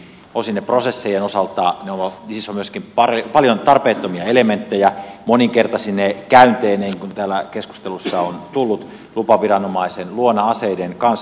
osin prosesseissa on myöskin paljon tarpeettomia elementtejä moninkertaisine käynteineen kuten täällä keskustelussa on tullut ilmi lupaviranomaisen luona aseiden kanssa